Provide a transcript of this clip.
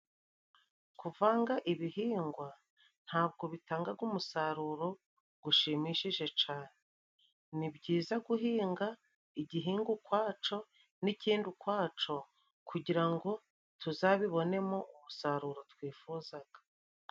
Kuvanga ibihingwa ntabwo bitangaga umusaruro gushimishije cane. Ni byiza guhinga igihingwa ukwaco n'ikindi ukwaco kugira ngo tuzabibonemo umusaruro twifuzaga.